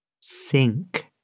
Sink